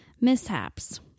mishaps